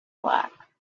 black